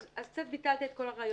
אז קצת ביטלת את כל הרעיון.